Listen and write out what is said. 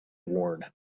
ward